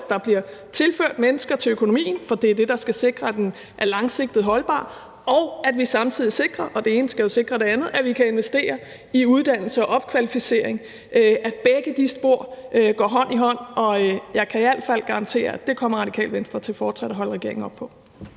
både bliver tilført mennesker til økonomien, for det er det, der skal sikre, at den er langsigtet og holdbar, og at vi samtidig sikrer – og det ene skal jo sikre det andet – at vi kan investere i uddannelse og opkvalificering. De to spor går hånd i hånd, og jeg kan i hvert fald garantere, at det kommer Radikale Venstre fortsat til at holde regeringen op på.